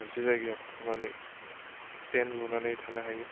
मोनसे जायगायाव थाथ'नानै टेन लुनानै थानो हायो